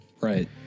Right